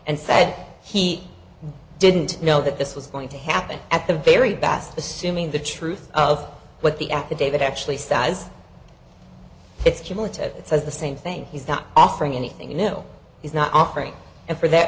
and said he didn't know that this was going to happen at the very best assuming the truth of what the affidavit actually says it's cumulative it says the same thing he's not offering anything you know he's not offering and for that